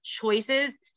choices